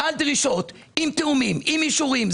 על דרישות עם תיאומים, עם אישורים.